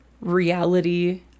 reality